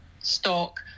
stock